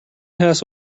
house